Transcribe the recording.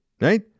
right